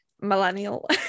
millennial